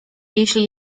jeśli